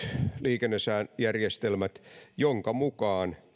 liikennejärjestelmät joiden mukaan